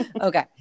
Okay